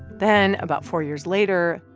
then about four years later,